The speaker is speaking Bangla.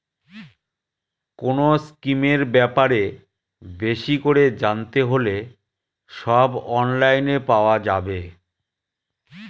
কোনো স্কিমের ব্যাপারে বেশি করে জানতে হলে সব অনলাইনে পাওয়া যাবে